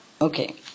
Okay